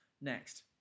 Next